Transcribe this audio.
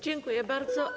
Dziękuję bardzo.